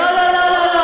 לא, לא, לא.